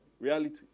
reality